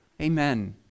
Amen